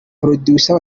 producer